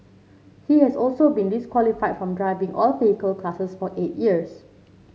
he has also been disqualified from driving all vehicle classes for eight years